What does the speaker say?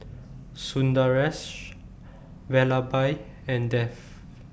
Sundaresh Vallabhbhai and Dev